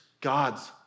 God's